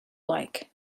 like